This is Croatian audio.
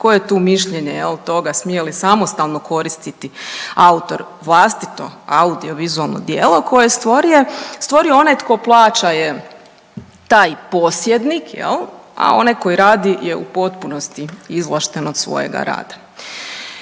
je tu mišljenje toga smije li samostalno koristiti autor vlastito audio vizualno djelo koje je stvorio onaj tko plaća je taj posjednik, a onaj koji radi je u potpunosti izvlašten od svojega rada.